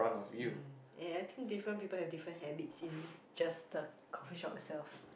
mm and I think different people have different habits in just the coffee shop itself